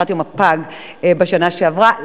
לקראת יום הפג בשנה שעברה.